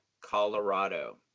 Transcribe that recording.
Colorado